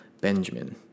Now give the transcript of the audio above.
Benjamin